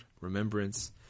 Remembrance